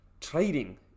Trading